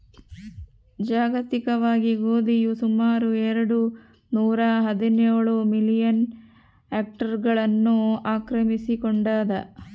ಜಾಗತಿಕವಾಗಿ ಗೋಧಿಯು ಸುಮಾರು ಎರೆಡು ನೂರಾಹದಿನೇಳು ಮಿಲಿಯನ್ ಹೆಕ್ಟೇರ್ಗಳನ್ನು ಆಕ್ರಮಿಸಿಕೊಂಡಾದ